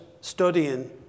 studying